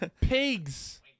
Pigs